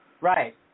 Right